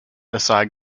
aside